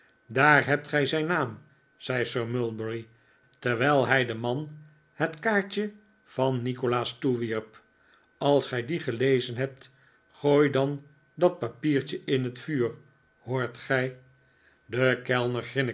daar hebt gij zijn naam zei sir mulberry terwijl hij den man het kaartje van nikolaas toewierp als gij dien gelezen hebt gooi dan dat papiertje in het vuur hoort gij de kellner